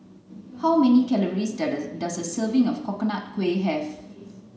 how many calories does the does a serving of coconut kuih have